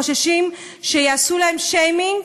חוששים שיעשו להם שיימינג,